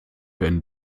werden